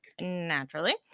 Naturally